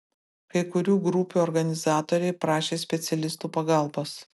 kai kurių grupių organizatoriai prašė specialistų pagalbos